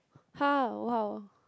!huh! !wow!